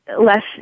less